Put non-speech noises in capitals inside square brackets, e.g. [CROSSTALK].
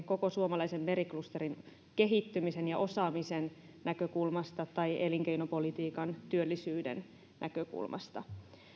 [UNINTELLIGIBLE] koko suomalaisen meriklusterin kehittymisen ja osaamisen näkökulmasta tai elinkeinopolitiikan ja työllisyyden näkökulmasta